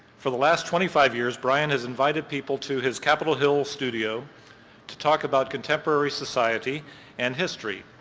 for the last twenty five years, brian has invited people to his capitol hill studio to talk about contemporary society and history.